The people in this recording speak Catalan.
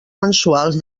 mensuals